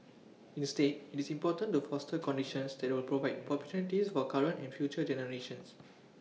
instead IT is important to foster conditions that will provide opportunities for current and future generations